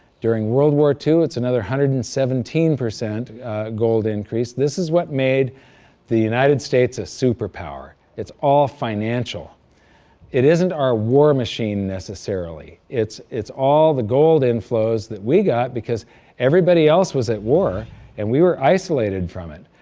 during world war ii, it's another one hundred and seventeen percent gold increase. this is what made the united states a superpower it's all financial it isn't our war machine necessarily it's it's all the gold inflows that we got because everybody else was at war and we were isolated from it.